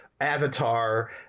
Avatar